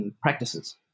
practices